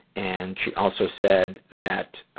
and, she also said that